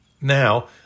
Now